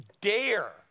dare